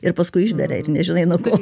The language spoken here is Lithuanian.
ir paskui išberia ir nežinai nuo ko